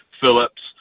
Phillips